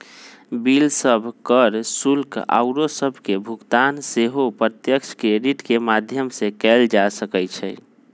bill सभ, कर, शुल्क आउरो सभके भुगतान सेहो प्रत्यक्ष क्रेडिट के माध्यम से कएल जा सकइ छै